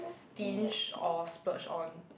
stinge or splurge on